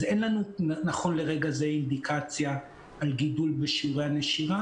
אז אין לנו נכון לרגע זה אינדיקציה על גידול בשיעורי הנשירה,